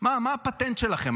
מה הפטנט שלכם?